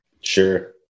Sure